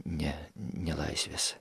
ne ne laisvės